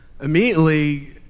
immediately